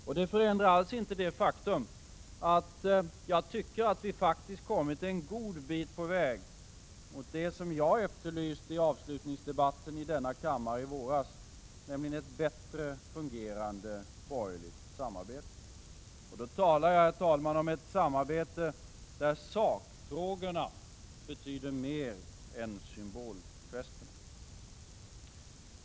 Men det förändrar alls inte det faktum att jag tycker att vi faktiskt kommit en god bit på väg mot det som jag efterlyste i avslutningsdebatten i denna kammare i våras, nämligen ett bättre fungerande borgerligt samarbete. Och då talar jag om ett samarbete där sakfrågorna betyder mer än symbolgesterna.